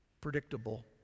predictable